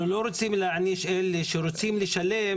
אנחנו לא רוצים להעניש את אלה שרוצים לשלם,